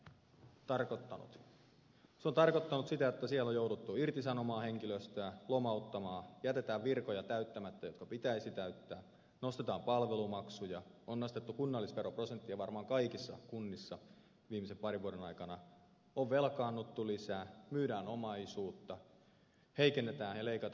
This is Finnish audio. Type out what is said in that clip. se on tarkoittanut sitä että siellä on jouduttu irtisanomaan henkilöstöä lomauttamaan jätetään täyttämättä virkoja jotka pitäisi täyttää nostetaan palvelumaksuja on nostettu kunnallisveroprosenttia varmaan kaikissa kunnissa viimeisen parin vuoden aikana on velkaannuttu lisää myydään omaisuutta heikennetään ja leikataan palveluja